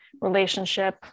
relationship